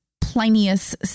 Plinius